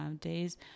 days